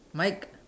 Mike